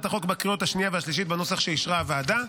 החוק בקריאות השנייה והשלישית בנוסח שאישרה הוועדה.